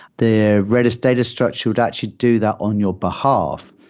the redis data structure, that should do that on your behalf.